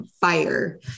fire